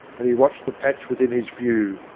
and he watched the patch within his view,